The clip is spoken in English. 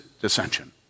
dissension